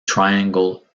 triangle